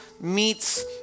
meets